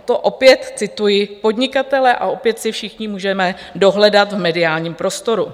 To opět cituji podnikatele a opět si to všichni můžeme dohledat v mediálním prostoru.